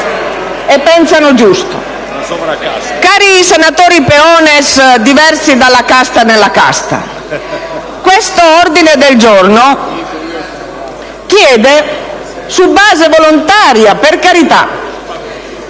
pensano giusto: cari senatori *peones* diversi dalla casta nella casta, questo ordine del giorno chiede - su base volontaria, per carità